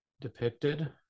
depicted